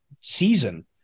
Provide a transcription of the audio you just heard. season